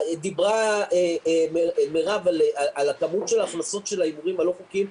דיברה מירב על הכמות של ההכנסות של ההימורים הלא חוקיים,